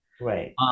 Right